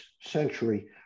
century